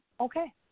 Okay